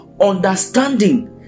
understanding